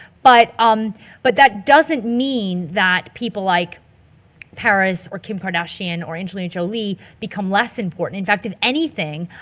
but um but that doesn't mean that people like paris or kim kardashian or angelina jolie become less important. in fact, if anything,